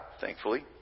thankfully